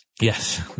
Yes